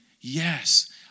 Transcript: yes